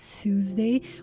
Tuesday